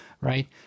right